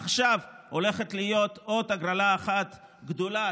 עכשיו הולכת להיות עוד הגרלה אחת גדולה,